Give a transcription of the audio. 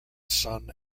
son